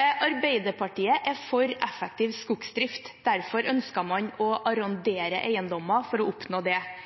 Arbeiderpartiet er for effektiv skogsdrift. Derfor ønsket man å arrondere eiendommer.